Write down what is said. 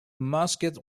musket